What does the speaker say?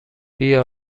بیا